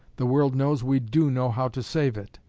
the world knows we do know how to save it.